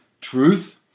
truth